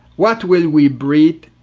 what will we breathe,